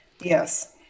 yes